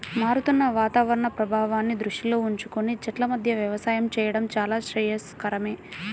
మారుతున్న వాతావరణ ప్రభావాన్ని దృష్టిలో ఉంచుకొని చెట్ల మధ్య వ్యవసాయం చేయడం చాలా శ్రేయస్కరమే